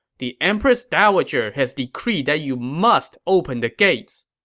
the empress dowager has decreed that you must open the gates.